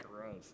gross